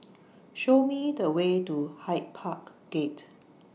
Show Me The Way to Hyde Park Gate